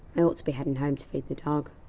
i ought to be heading home to feed the dog.